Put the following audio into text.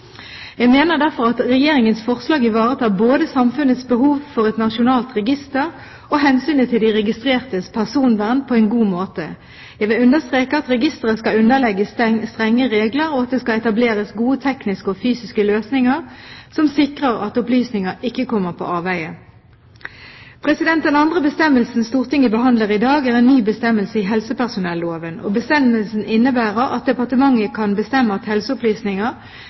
Jeg mener derfor at Regjeringens forslag på en god måte ivaretar både samfunnets behov for et nasjonalt register og hensynet til de registrertes personvern. Jeg vil understreke at registeret skal underlegges strenge regler, og at det skal etableres gode tekniske og fysiske løsninger som sikrer at opplysninger ikke kommer på avveier. Den andre bestemmelsen Stortinget behandler i dag, er en ny bestemmelse i helsepersonelloven. Bestemmelsen innebærer at departementet kan bestemme at helseopplysninger